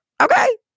Okay